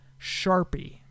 Sharpie